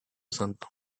santo